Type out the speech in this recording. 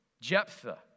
Jephthah